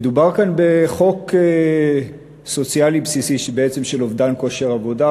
מדובר כאן בעצם בחוק סוציאלי בסיסי של אובדן כושר עבודה,